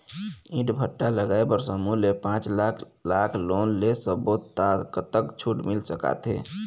ईंट भट्ठा लगाए बर समूह ले पांच लाख लाख़ लोन ले सब्बो ता कतक छूट मिल सका थे?